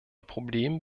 problem